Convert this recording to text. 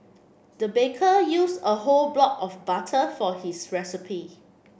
the baker used a whole block of butter for his recipe